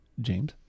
James